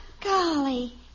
Golly